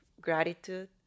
gratitude